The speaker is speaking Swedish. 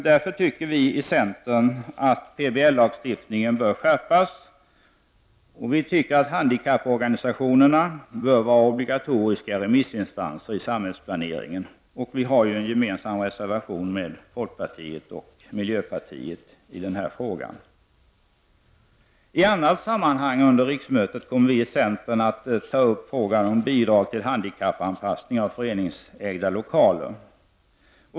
Därför tycker vi i centern att PBL-lagstiftningen bör skärpas. Vi tycker att handikapporganisationerna bör vara obligatoriska remissinstanser i samhällsplaneringen. Vi har en med folkpartiet och miljöpartiet gemensam reservation i den här frågan. I annat sammanhang under riksmötet kommer vi i centern att ta upp frågan om bidrag till handikappanpassning av föreningsägda lokaler.